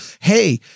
hey